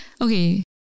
Okay